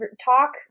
talk